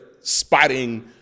spotting